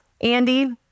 Andy